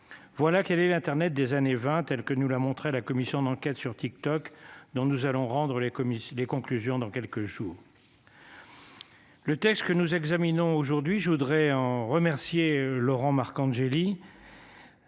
Voilà qui est l'Internet des années 20, telle que nous la montré la commission d'enquête sur TikTok dont nous allons rendre les commissions, les conclusions dans quelques jours. Le texte que nous examinons aujourd'hui je voudrais en remercier Laurent Marcangeli.